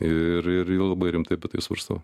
ir ir labai rimtai apie tai svarstau